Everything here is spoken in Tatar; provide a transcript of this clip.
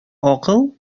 акыл